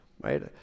right